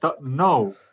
No